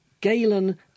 Galen